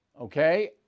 okay